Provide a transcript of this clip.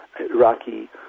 Iraqi